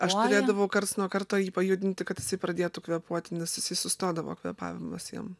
aš turėdavau karts nuo karto jį pajudinti kad jisai pradėtų kvėpuoti nes jisai sustodavo kvėpavimas jam